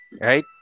Right